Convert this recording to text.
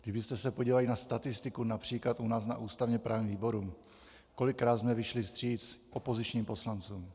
Kdybyste se podívali na statistiku například u nás na ústavněprávním výboru, kolikrát jsme vyšli vstříc opozičním poslancům...